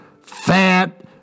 Fat